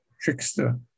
trickster